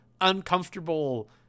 uncomfortable